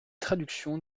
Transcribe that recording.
traduction